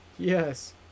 Yes